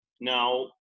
now